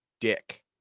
Dick